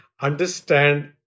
understand